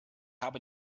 habe